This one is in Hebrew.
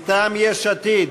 מטעם יש עתיד,